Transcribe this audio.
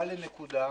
נקודה לנקודה,